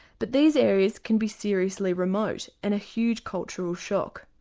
but these areas can be seriously remote and a huge cultural shock.